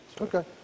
Okay